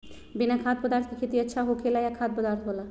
बिना खाद्य पदार्थ के खेती अच्छा होखेला या खाद्य पदार्थ वाला?